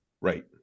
Right